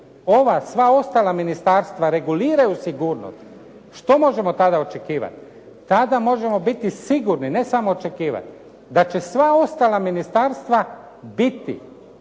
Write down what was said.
ova sva ostala ministarstva reguliraju sigurnost, što možemo tada očekivati? Tada možemo biti sigurni, ne samo očekivati da će sva ostala ministarstva biti